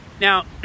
Now